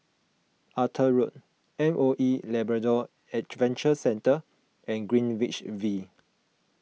Arthur Road M O E Labrador Adventure Centre and Greenwich V